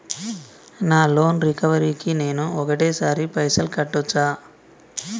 నా loan recovery కి నేను ఒకటేసరి పైసల్ కట్టొచ్చా?